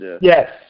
Yes